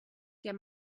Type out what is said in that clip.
der